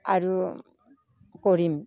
আৰু কৰিম